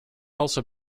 also